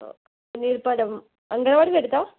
O എണ്ണീർപ്പാടം അങ്കണവാടിയുടെ അടുത്താ